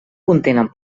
contenen